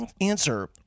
answer